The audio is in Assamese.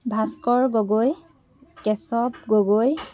ভাস্কৰ গগৈ কেশৱ গগৈ